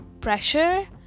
pressure